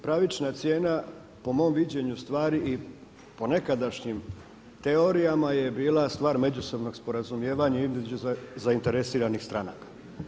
Pravična cijena po mom viđenju stvari i po nekadašnjim teorijama je bila stvar međusobnog sporazumijevanja između zainteresiranih stranaka.